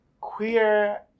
Queer